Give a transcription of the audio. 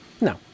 No